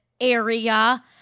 area